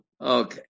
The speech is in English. Okay